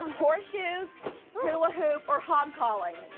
horseshoe, hula hoop, or hog calling.